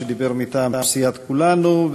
שדיבר מטעם סיעת כולנו.